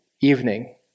evening